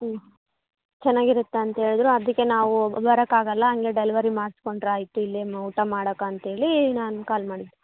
ಹ್ಞೂ ಚೆನ್ನಾಗಿರುತ್ತೆ ಅಂತ ಹೇಳ್ದ್ರು ಅದಕ್ಕೇ ನಾವು ಬರೋಕ್ಕಾಗಲ್ಲ ಹಂಗೇ ಡೆಲ್ವರಿ ಮಾಡ್ಸ್ಕೊಂಡ್ರೆ ಆಯಿತು ಇಲ್ಲೇ ಊಟ ಮಾಡಕ್ಕೆ ಅಂತ್ಹೇಳಿ ನಾನು ಕಾಲ್ ಮಾಡಿದ್ದು